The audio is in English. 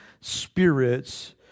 spirits